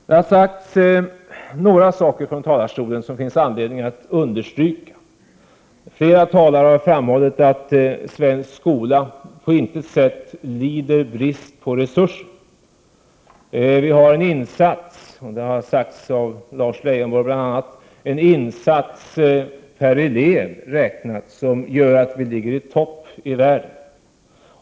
Det har sagts några saker från talarstolen som det finns anledning att understryka. Flera talare har framhållit att svensk skola på intet sätt lider brist på resurser. Vi har en insats per elev räknat som gör att vi ligger i toppi världen — det har sagts av bl.a. Lars Leijonborg.